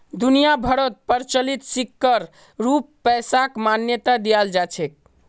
दुनिया भरोत प्रचलित सिक्कर रूपत पैसाक मान्यता दयाल जा छेक